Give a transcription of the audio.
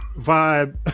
vibe